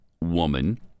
woman